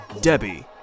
Debbie